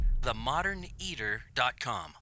themoderneater.com